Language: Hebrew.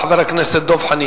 חבר הכנסת דב חנין.